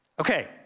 Okay